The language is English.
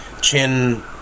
chin